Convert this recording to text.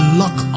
lock